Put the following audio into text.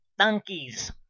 Donkeys